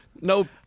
no